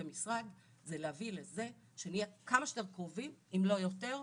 זה להביא לזה שנהיה כמה שיותר קרובים אם לא יותר,